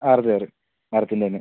ആറ് ചെയറ് മരത്തിൻ്റെ തന്നെ